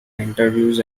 interviews